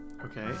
Okay